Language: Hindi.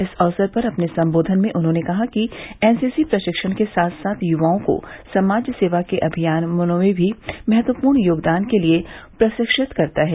इस अवसर पर अपने सम्बोधन में उन्होंने कहा कि एनसीसी प्रशिक्षण के साथ साथ य्वाओं को समाजसेवा के अभियानों में भी महत्वपूर्ण योगदान के लिए प्रशिक्षित करता है